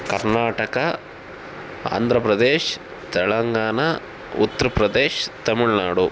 Karnataka Andhra Pradesh Telangana Uttar Pradesh Tamil Nadu